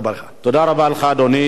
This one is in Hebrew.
תודה רבה לך, אדוני.